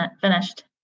finished